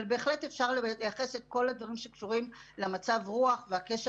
אבל בהחלט אפשר לייחס את כל הדברים שקשורים למצב רוח והקשר